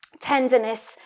tenderness